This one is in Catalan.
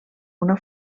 una